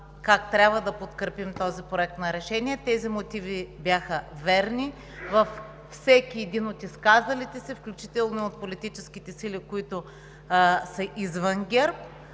как трябва да подкрепим този проект на решение и те бяха верни. Във всеки един от изказалите се, включително и от политическите сили, които са извън ГЕРБ,